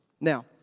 Now